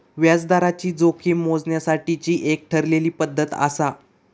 व्याजदराची जोखीम मोजण्यासाठीची एक ठरलेली पद्धत आसा